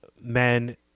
men